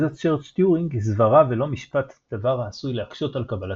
תזת צ'רץ' טיורינג היא סברה ולא משפט דבר העשוי להקשות על קבלתה.